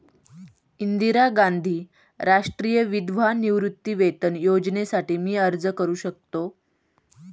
इंदिरा गांधी राष्ट्रीय विधवा निवृत्तीवेतन योजनेसाठी मी अर्ज करू शकतो?